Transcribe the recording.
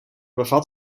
bevat